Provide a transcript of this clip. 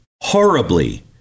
horribly